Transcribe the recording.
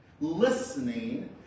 listening